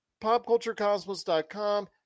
PopCultureCosmos.com